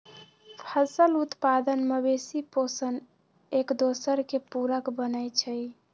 फसल उत्पादन, मवेशि पोशण, एकदोसर के पुरक बनै छइ